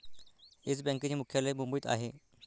yes बँकेचे मुख्यालय मुंबईत आहे